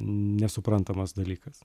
nesuprantamas dalykas